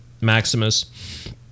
maximus